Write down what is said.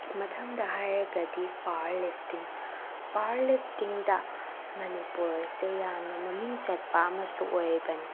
ꯃꯊꯪꯗ ꯍꯥꯏꯔꯒꯗꯤ bar lifting bar ꯂꯤꯐꯇꯤꯡꯗ ꯃꯅꯤꯄꯨꯔꯁꯦ ꯌꯥꯝꯅ ꯃꯃꯤꯡ ꯆꯠꯄ ꯑꯃꯁꯨ ꯑꯣꯏꯔꯤꯕꯅꯤ